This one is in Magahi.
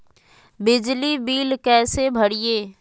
बिजली बिल कैसे भरिए?